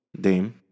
Dame